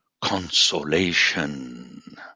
consolation